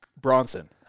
Bronson